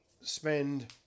spend